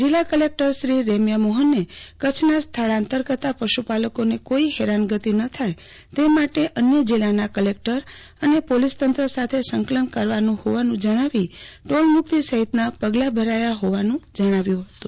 જિલ્લા કલેકટર શ્રી રેમ્યા મોહને કચ્છના સ્થળાંતર કરતાં પશ્ચપાલકોને કોઇ હેરાનગતિ ન થાય તે માટે અન્ય જિલ્લાના કલેકટર અને પોલીસતંત્ર સાથે સંકલન કરાતું હોવાનું જણાવી ટોલમુકિત સહિતના પગલાં ભરાયાં હોવાનું જણાવ્યું હતું